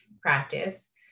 practice